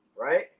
right